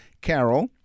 Carol